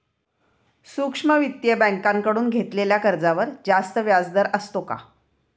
सूक्ष्म वित्तीय बँकेकडून घेतलेल्या कर्जावर जास्त व्याजदर असतो का?